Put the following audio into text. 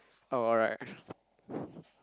oh alright